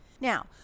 Now